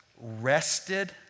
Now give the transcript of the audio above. rested